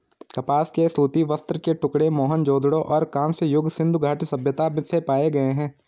कपास के सूती वस्त्र के टुकड़े मोहनजोदड़ो और कांस्य युग सिंधु घाटी सभ्यता से पाए गए है